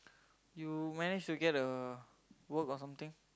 you manage to get a work or something